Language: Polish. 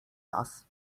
las